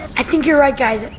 i think you're right, guys.